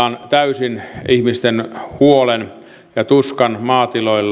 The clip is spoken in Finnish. jaan täysin ihmisten huolen ja tuskan maatiloilla